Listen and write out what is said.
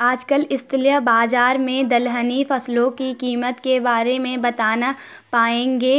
आजकल स्थानीय बाज़ार में दलहनी फसलों की कीमत के बारे में बताना पाएंगे